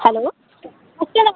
hello उसके अलावा